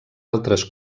altres